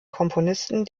komponisten